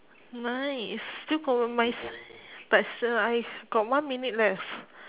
nice still got my s~ but still I got one minute left